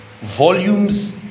Volumes